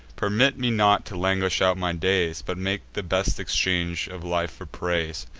permit me not to languish out my days, but make the best exchange of life for praise.